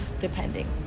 depending